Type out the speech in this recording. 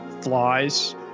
flies